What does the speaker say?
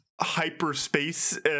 Hyperspace